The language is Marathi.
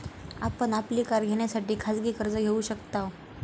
आपण आपली कार घेण्यासाठी खाजगी कर्ज घेऊ शकताव